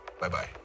bye-bye